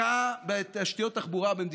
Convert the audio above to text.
הודעה לממלאת מקום סגן מזכירת הכנסת.